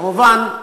כמובן,